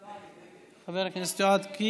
אני נגד.